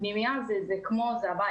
פנימייה זה הבית.